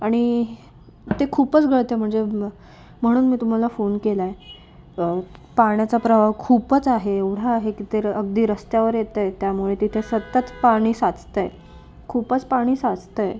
आणि ते खूपच गळतंय म्हणजे म्हणून मी तुम्हाला फोन केलाय पाण्याचा प्रवाह खूपच आहे एवढा आहे की ते अगदी रस्त्यावर येतंय त्यामुळे तिथे सतत पाणी साचतंय खूपच पाणी साचतंय